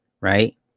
right